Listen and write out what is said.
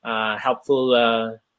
helpful